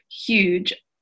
huge